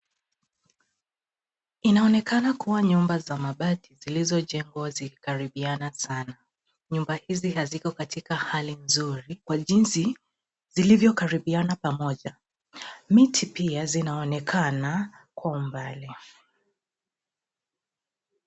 Inaonekana kua nyumba za mabati zilizojengwa zikikaribiana sana. Nyumba hizi haziko katika hali nzuri kwa jinsi zilivyokaribiana pamoja. Miti pia zinaonekana kwa umbali.